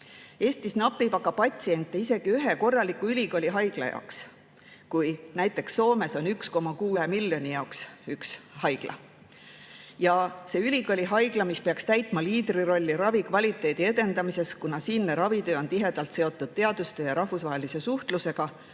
Eestis napib patsiente isegi ühe korraliku ülikooli haigla jaoks, näiteks Soomes on aga 1,6 miljoni jaoks üks haigla. See ülikooli haigla, mis peaks täitma liidrirolli ravikvaliteedi edendamiseks, kuna siinne ravitöö on tihedalt seotud teadustöö ja rahvusvahelise suhtlusega,